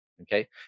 okay